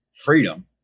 freedom